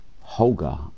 holger